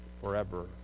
forever